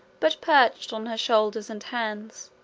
but perched on her shoulders and hands,